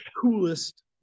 coolest